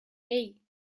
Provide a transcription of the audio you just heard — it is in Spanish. hey